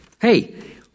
Hey